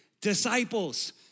disciples